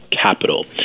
capital